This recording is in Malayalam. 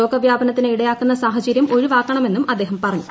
രോഗവ്യാപനത്തിന് ഇടയ്ട്രൂക്കുന്ന സാഹചര്യം ഒഴിവാക്കണമെന്നും അദ്ദേഹം പറഞ്ഞു